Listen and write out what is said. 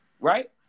right